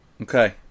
Okay